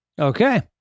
Okay